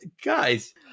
guys